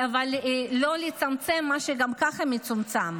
אבל לא לצמצם מה שגם כך מצומצם.